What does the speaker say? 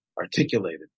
articulated